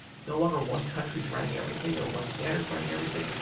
it's no longer one country is running everything, or one standard is running everything,